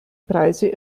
preise